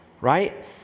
right